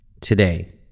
today